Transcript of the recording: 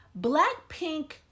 Blackpink